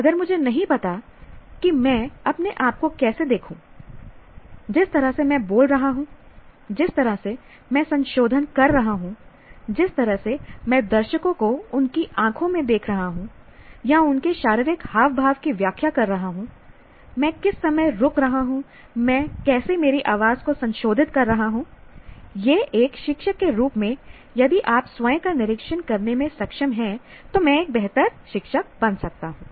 अगर मुझे नहीं पता कि मैं अपने आप को कैसे देखूं जिस तरह से मैं बोल रहा हूं जिस तरह से मैं संशोधन कर रहा हूं जिस तरह से मैं दर्शकों को उनकी आंखों में देख रहा हूं या उनकी शारीरिक हाव भाव की व्याख्या कर रहा हूं मैं किस समय रुक रहा हूं मैं कैसे मेरी आवाज़ को संशोधित कर रहा हूं" यह एक शिक्षक के रूप में यदि आप स्वयं का निरीक्षण करने में सक्षम हैं तो मैं एक बेहतर शिक्षक बन सकता हूं